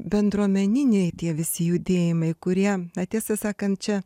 bendruomeniniai tie visi judėjimai kurie tiesą sakant čia